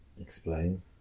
Explain